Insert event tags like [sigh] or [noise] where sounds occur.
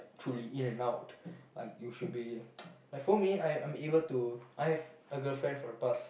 truly in and out like you should be [noise] like for me I I'm able to I have a girlfriend for the past